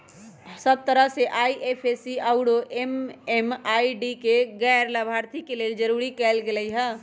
सब तरह से आई.एफ.एस.सी आउरो एम.एम.आई.डी के गैर लाभार्थी के लेल जरूरी कएल गेलई ह